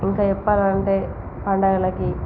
ఇంకా చెప్పాలంటే పండగలకి